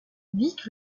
vic